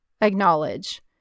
acknowledge